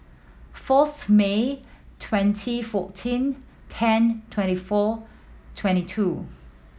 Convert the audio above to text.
fourth May twenty fourteen ten twenty four twenty two